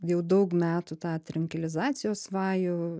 jau daug metų tą trinkelizacijos vajų